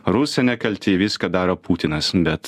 rusai nekalti viską daro putinas bet